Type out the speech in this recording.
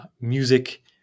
Music